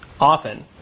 often